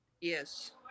Yes